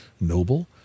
Noble